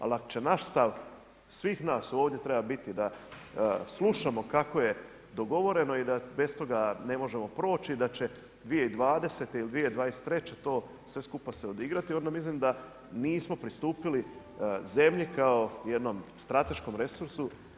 Ali ako će naš stav svih nas ovdje treba biti da slušamo kako je dogovoreno i da bez toga ne možemo proći i da će 2020. ili 2023. to sve skupa se odigrati, onda mislim da nismo pristupili zemlji kao jednom strateškom resursu na ispravan način.